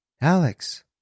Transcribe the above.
Alex